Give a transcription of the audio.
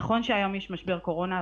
נכון שהיום יש משבר קורונה,